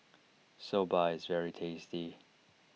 Soba is very tasty